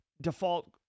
default